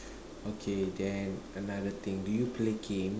okay then another thing do you play games